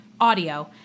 audio